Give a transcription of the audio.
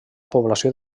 població